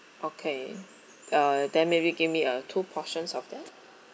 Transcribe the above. okay uh then maybe you give me uh two portions of them